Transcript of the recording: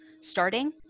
starting